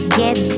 get